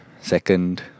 second